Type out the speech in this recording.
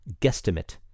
guesstimate